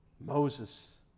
Moses